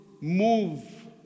Move